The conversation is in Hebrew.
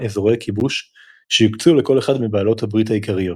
אזורי כיבוש שיוקצו לכל אחת מבעלות הברית העיקריות,